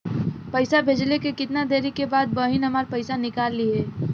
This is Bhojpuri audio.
पैसा भेजले के कितना देरी के बाद बहिन हमार पैसा निकाल लिहे?